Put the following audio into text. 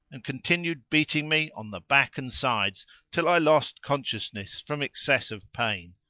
and continued beating me on the back and sides till i lost consciousness from excess of pain,